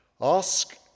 Ask